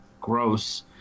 gross